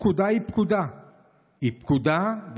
פקודה היא פקודה היא פקודה,